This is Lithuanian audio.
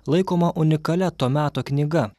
laikoma unikalia to meto knyga